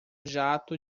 jato